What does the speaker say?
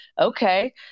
okay